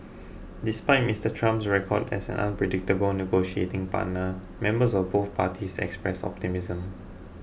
despite Mr Trump's record as an unpredictable negotiating partner members of both parties expressed optimism